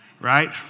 Right